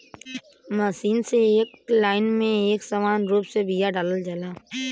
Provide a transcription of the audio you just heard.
machine से एक line में एक समान रूप से बिया डालल जाला